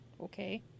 okay